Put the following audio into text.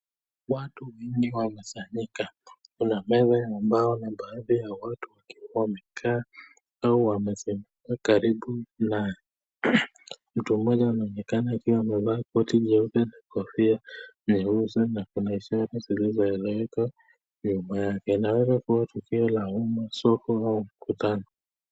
Watu wengi wamesanyika. Kuna meza ambayo nibahadhi ya watu wakiwa wamekaa au wamesimama karibu naye. Mtu mmoja anaonekana akiwa amevaa koti nyeupe na kofia nyeusi na kwenye shati zilizoelekeo nyuma yake. Inaweza kuwa tukio la uma soko au mkutano.